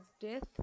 death